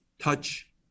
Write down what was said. touch